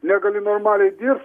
negali normaliai dirbt